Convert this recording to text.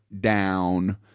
down